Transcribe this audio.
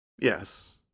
Yes